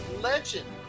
legend